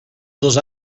dos